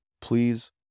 Please